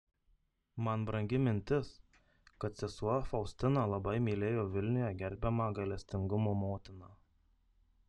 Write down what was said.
man brangi mintis kad sesuo faustina labai mylėjo vilniuje gerbiamą gailestingumo motiną